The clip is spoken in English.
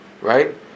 right